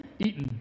Eaton